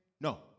No